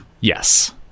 Yes